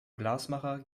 glasmacher